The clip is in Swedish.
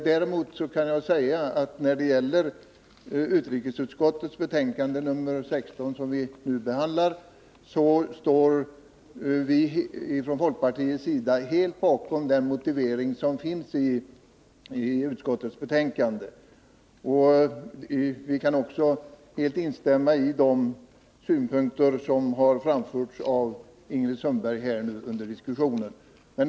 Däremot kan jag när det gäller utrikesutskottets betänkande nr 16 som vi nu behandlar säga att vi från folkpartiets sida står helt bakom motiveringen i betänkandet. Vi kan också helt instämma i de synpunkter som har framförts av Ingrid Sundberg här under diskussionen.